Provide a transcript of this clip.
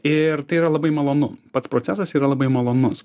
ir tai yra labai malonu pats procesas yra labai malonus